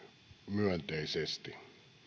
myönteisesti